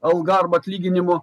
alga arba atlyginimu